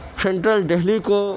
central Delhi کو